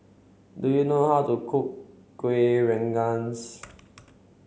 do you know how to cook Kuih Rengas